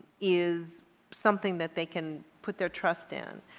is something that they can put their trust in.